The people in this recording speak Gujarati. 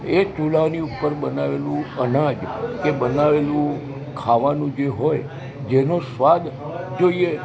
એક ચુલાની ઉપર બનાવેલું અનાજ કે બનાવેલું ખાવાનું જે હોય જેનો સ્વાદ જોઈએ